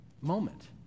moment